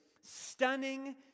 stunning